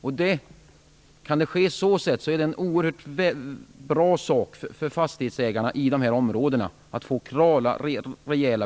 Om klara och rejäla besked ges är det oerhört bra för fastighetsägarna i de aktuella områdena.